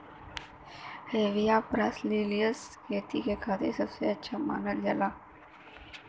Hevea ब्रासिलिएन्सिस खेती क खातिर सबसे बढ़िया मानल जाला